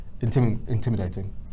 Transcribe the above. intimidating